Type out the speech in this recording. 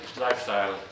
Lifestyle